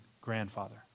grandfather